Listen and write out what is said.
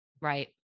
Right